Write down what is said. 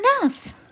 enough